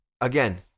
again